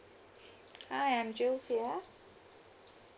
hi I'm juls here